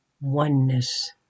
oneness